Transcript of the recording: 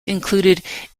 include